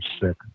sick